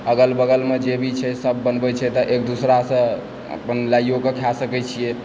अगल बगलमे जे भी छै सब बनबय छै तऽ एक दोसरासँ अपन लइयोकऽ खा सकैत छियै